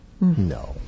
No